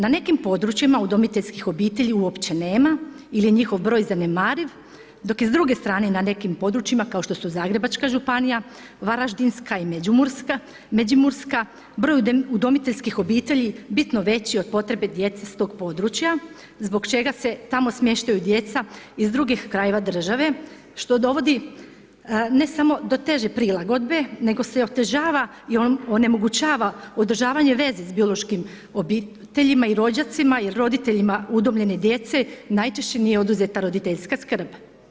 Na nekim područjima udomiteljskih obitelji uopće nema ili je njihov broj zanemariv, dok je s druge strane na nekim područjima kao što su Zagrebačka županija, Varaždinska i Međimurska broj udomiteljskih obitelji bitno je veći od potrebe djece s tog područja zbog čega se tamo smještaju djeca iz drugih krajeva države što dovodi ne samo do teže prilagodbe, nego se otežava i onemogućava održavanje veze s biološkim obiteljima i rođacima jer roditeljima udomljene djece najčešće nije oduzeta roditeljska skrb.